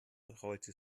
rollte